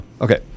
okay